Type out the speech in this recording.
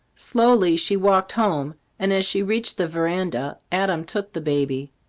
slowly she walked home and as she reached the veranda, adam took the baby.